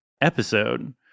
episode